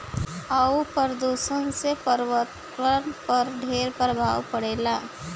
वायु प्रदूषण से पर्यावरण पर ढेर प्रभाव पड़ेला